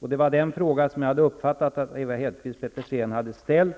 Och den fråga som jag hade uppfattat att Ewa Hedkvist Petersen hade ställt